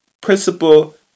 principle